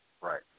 Right